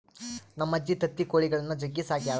ನಮ್ಮಜ್ಜಿ ತತ್ತಿ ಕೊಳಿಗುಳ್ನ ಜಗ್ಗಿ ಸಾಕ್ಯಳ